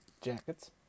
Jackets